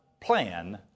plan